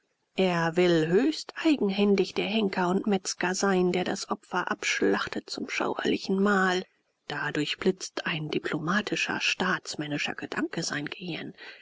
er will höchsteigenhändig der henker und metzger sein der das opfer abschlachtet zum schauerlichen mahl da durchblitzt ein diplomatischer staatsmännischer gedanke sein gehirn